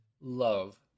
love